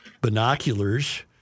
binoculars